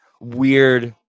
weird